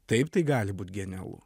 taip tai gali būti genialu